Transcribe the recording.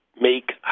make